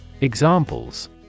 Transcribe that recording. Examples